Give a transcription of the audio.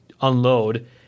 unload